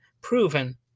proven